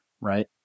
right